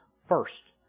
First